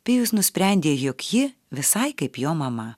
pijus nusprendė jog ji visai kaip jo mama